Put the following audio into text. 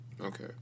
Okay